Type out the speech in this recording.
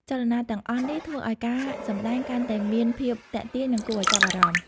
ចលនាទាំងអស់នេះធ្វើឲ្យការសម្ដែងកាន់តែមានភាពទាក់ទាញ និងគួរឲ្យចាប់អារម្មណ៍។